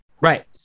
Right